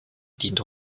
dient